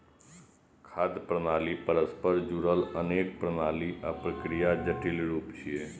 खाद्य प्रणाली परस्पर जुड़ल अनेक प्रणाली आ प्रक्रियाक जटिल रूप छियै